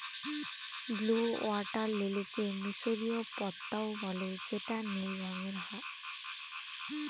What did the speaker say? blue water লিলিকে মিসরীয় পদ্মাও বলে যেটা নীল রঙের